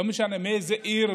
לא משנה מאיזה עיר,